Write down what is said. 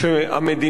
והממשלה,